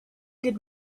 did